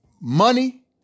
money